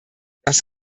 das